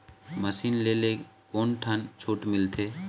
Machine ले ले कोन ठन छूट मिलथे?